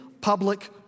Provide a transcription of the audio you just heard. public